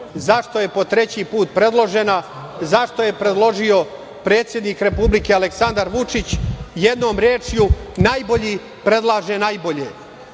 zašto je po treći put predložena, zašto je predložio predsednik Republike Aleksandar Vučić, jednom rečju najbolji predlaže najbolje. Želeo